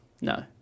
No